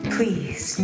Please